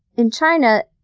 in china,